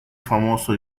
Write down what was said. famoso